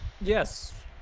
Yes